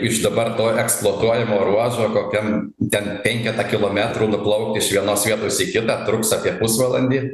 iš dabar to eksploatuojamo ruožo kokiam ten penketą kilometrų nuplaukti iš vienos vietos į kitą truks apie pusvalandį